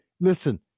Listen